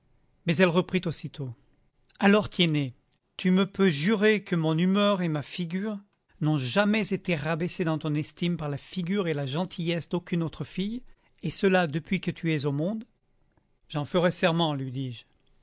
mais elle reprit aussitôt alors tiennet tu me peux jurer que mon humeur et ma figure n'ont jamais été rabaissées dans ton estime par la figure et la gentillesse d'aucune autre fille et cela depuis que tu es au monde j'en ferais serment lui dis-je